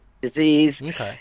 disease